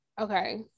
Okay